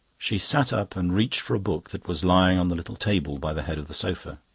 she sat up and reached for a book that was lying on the little table by the head of the sofa.